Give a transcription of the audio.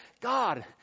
God